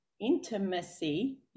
intimacy